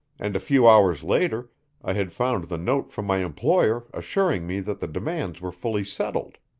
and a few hours later i had found the note from my employer assuring me that the demands were fully settled.